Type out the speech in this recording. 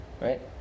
Right